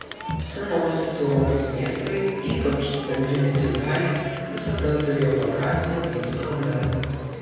senosios europos miestai ypač centrinės jų dalys visada turėjo parkavimo vietų problemą